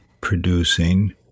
producing